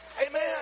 amen